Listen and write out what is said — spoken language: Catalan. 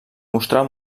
mostrar